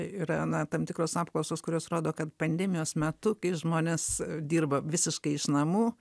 yra na tam tikros apklausos kurios rodo kad pandemijos metu kai žmonės dirba visiškai iš namų